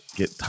get